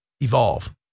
evolve